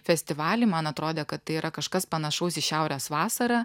festivalį man atrodė kad tai yra kažkas panašaus į šiaurės vasarą